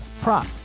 prop